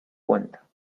cuenta